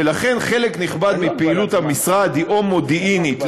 ולכן חלק נכבד מפעילות המשרד היא או מודיעינית,